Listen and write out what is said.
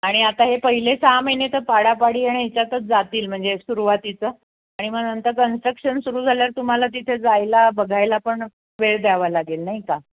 आणि आता हे पहिले सहा महिने तर पाडापाडी आणि ह्याच्यातच जातील म्हणजे सुरुवातीचं आणि मग नंतर कन्स्ट्रक्शन सुरू झाल्यावर तुम्हाला तिथे जायला बघायला पण वेळ द्यावा लागेल नाही का